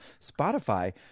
Spotify